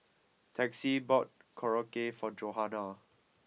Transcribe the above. Texie bought Korokke for Johanna